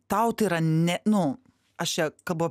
tau tai yra ne nu aš čia kalbu